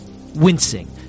wincing